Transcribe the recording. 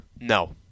No